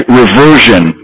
reversion